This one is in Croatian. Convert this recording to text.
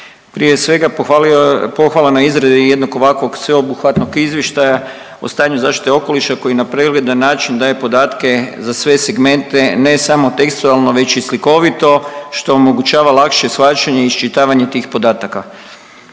prije svega pohvala na izradi jednog ovakvog sveobuhvatnog Izvještaja o stanju zaštite okoliša koji na pregledan način daje podatke za sve segmente ne samo tekstualno već i slikovito što omogućava lakše shvaćanje i iščitavanje tih podataka.